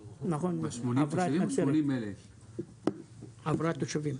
עברה את נצרת בכמות התושבים,